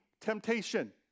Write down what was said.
temptation